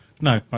No